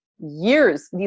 years